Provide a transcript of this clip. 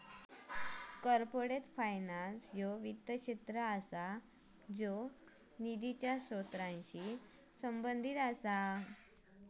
corporate finance ह्यो वित्त क्षेत्र असा ज्यो निधीच्या स्त्रोतांशी संबंधित असा